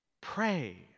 Pray